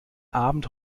abend